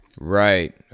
Right